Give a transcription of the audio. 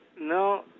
No